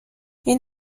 این